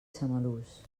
samalús